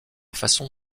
façon